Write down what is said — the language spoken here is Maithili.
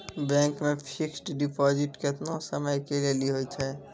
बैंक मे फिक्स्ड डिपॉजिट केतना समय के लेली होय छै?